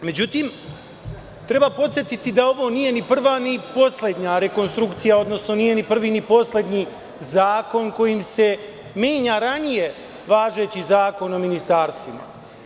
Međutim, treba podsetiti da ovo nije ni prva ni poslednja rekonstrukcija, odnosno da nije ni prvi ni poslednji zakon kojim se menja ranije važeći Zakon o ministarstvima.